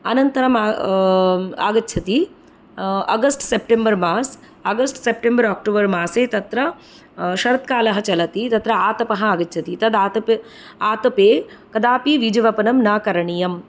अनन्तरम् आगच्छति August September मास् आगस्ट् सेप्टेम्बर् आक्टोबर् मासे तत्र शरत् कालः चलति तत्र आतपः आगच्छति तत् आतप आतपे कदापि बीजावापनं न करणीयं